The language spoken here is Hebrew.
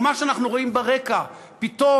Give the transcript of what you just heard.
ומה שאנחנו רואים ברקע פתאום,